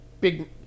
big